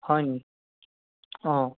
হয়নি অঁ